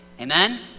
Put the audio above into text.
Amen